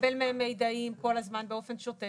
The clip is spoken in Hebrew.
לקבל מהם מיידעים כל הזמן באופן שוטף.